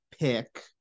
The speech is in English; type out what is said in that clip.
pick